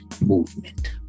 movement